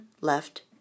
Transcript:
left